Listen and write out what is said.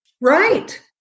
Right